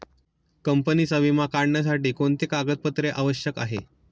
कंपनीचा विमा काढण्यासाठी कोणते कागदपत्रे आवश्यक आहे?